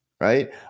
right